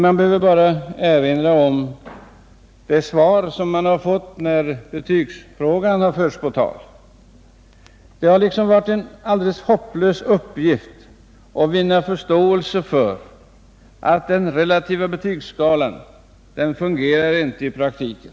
Jag behöver bara erinra om de svar som lämnats när betygsfrågan har förts på tal. Det har varit en alldeles hopplös uppgift att vinna förståelse för att den relativa betygsskalan inte fungerar i praktiken.